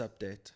update